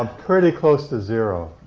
um pretty close to zero.